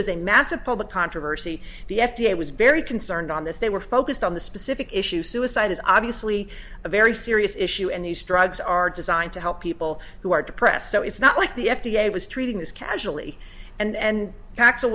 was a massive public controversy the f d a was very concerned on this they were focused on the specific issue suicide is obviously a very serious issue and these drugs are designed to help people who are depressed so it's not like the f d a was treating this casually and